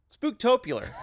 Spooktopular